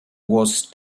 was